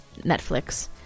Netflix